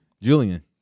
Julian